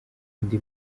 indi